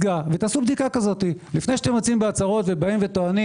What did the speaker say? לפני שאתם יוצאים בהצהרות ובאים וטוענים